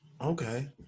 Okay